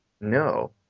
No